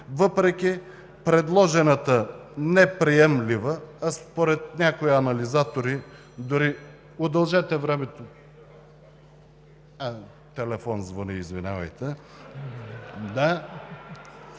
въпреки предложената неприемлива, а според някои анализатори –